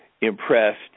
impressed